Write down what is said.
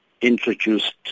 introduced